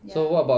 ya